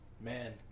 Man